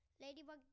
Ladybug